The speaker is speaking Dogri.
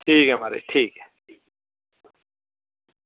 ठीक ऐ म्हाराज ठीक ऐ